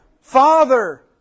Father